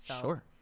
Sure